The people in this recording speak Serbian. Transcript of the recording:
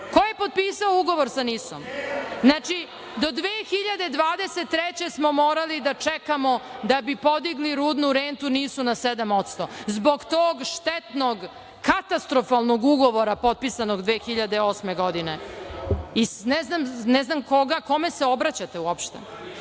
Ko je potpisao ugovor sa NIS? Znači, do 2023. godine smo morali da čekamo da bi podigli rudnu rentu NIS na 7%, zbog tog štetnog, katastrofalnog ugovora potpisanog 2008. godine. Ne znam kome se obraćate uopšte. Rudna